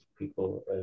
people